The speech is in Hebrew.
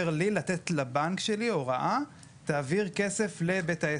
לי לתת לבנק שלי הוראה להעביר את הכסף לבית העסק.